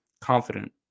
confident